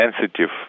sensitive